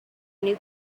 new